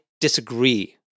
disagree